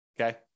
Okay